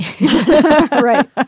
Right